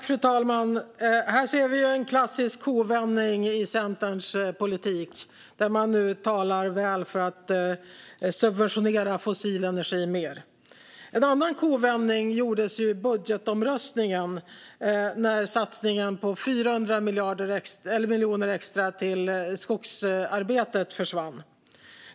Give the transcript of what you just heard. Fru talman! Här ser vi en klassisk kovändning i Centerns politik, där man nu talar väl för att subventionera fossil energi mer. En annan kovändning gjordes i budgetomröstningen, när satsningen på 400 miljoner extra till skogsarbetet försvann.